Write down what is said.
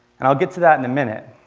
and i'll get to that in a minute.